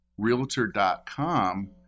Realtor.com